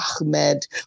Ahmed